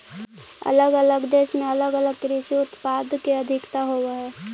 अलग अलग देश में अलग अलग कृषि उत्पाद के अधिकता होवऽ हई